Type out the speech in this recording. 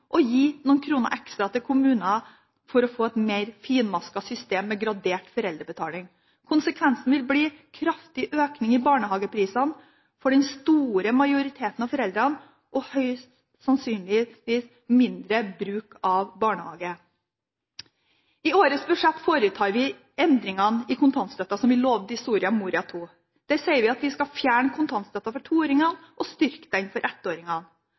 og gi noen kroner ekstra til kommunene for å få et mer finmasket system, med gradert foreldrebetaling. Konsekvensen vil bli en kraftig økning i barnehageprisen for den store majoriteten av foreldre og høyst sannsynlig mindre bruk av barnehage. I årets budsjett foretar vi de endringene i kontantstøtten som vi lovet i Soria Moria II. Der sier vi at vi skal fjerne kontantstøtten for toåringer og styrke den for